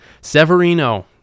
Severino